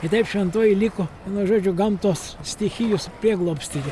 ir taip šventoji liko nu žodžiu gamtos stichijos prieglobstyje